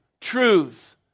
truth